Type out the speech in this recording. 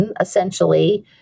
essentially